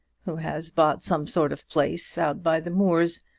who has bought some sort of place out by the moors.